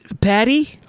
Patty